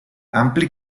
ampli